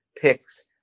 picks